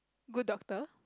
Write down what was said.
good doctor